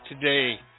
today